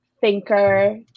thinker